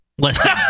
Listen